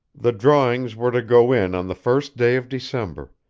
the drawings were to go in on the first day of december,